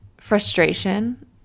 frustration